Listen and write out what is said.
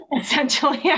Essentially